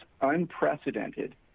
unprecedented